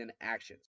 actions